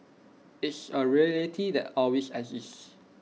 it's A reality that always exist